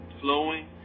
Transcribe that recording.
flowing